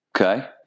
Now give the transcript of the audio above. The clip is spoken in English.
Okay